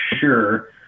sure